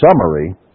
summary